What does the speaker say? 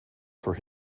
for